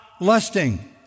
lusting